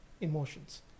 emotions